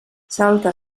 salta